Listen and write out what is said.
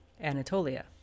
Anatolia